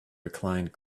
reclined